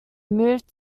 moved